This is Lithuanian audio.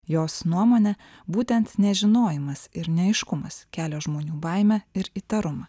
jos nuomone būtent nežinojimas ir neaiškumas kelia žmonių baimę ir įtarumą